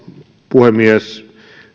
puhemies